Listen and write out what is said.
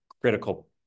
critical